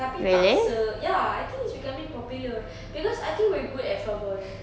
tapi tak se~ ya I think it's becoming popular because I think we're good at floorball